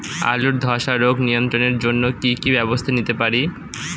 আলুর ধ্বসা রোগ নিয়ন্ত্রণের জন্য কি কি ব্যবস্থা নিতে পারি?